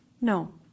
No